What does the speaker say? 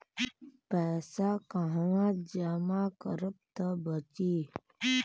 पैसा कहवा जमा करब त बची?